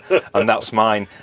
and that's mine.